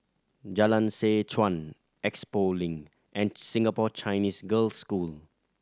Jalan Seh Chuan Expo Link and Singapore Chinese Girls' School